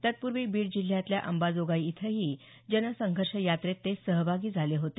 तत्पूर्वी बीड जिल्ह्यातल्या अंबाजोगाई इथंही जनसंघर्ष यात्रेत ते सहभागी झाले होते